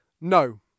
No